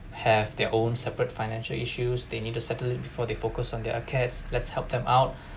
have their own separate financial issues they need to settle it before they focus on their let's help them out